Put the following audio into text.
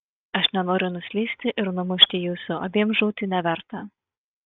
aš nenoriu nuslysti ir numušti jūsų abiem žūti neverta